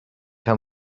tell